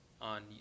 on